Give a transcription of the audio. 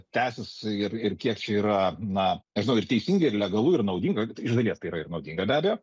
tęsis ir ir kiek čia yra na nežinau ir teisinga ir legalu ir naudinga iš dalies tai yra ir naudinga be abejo